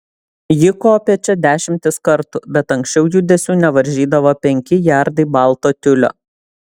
ji kopė čia dešimtis kartų bet anksčiau judesių nevaržydavo penki jardai balto tiulio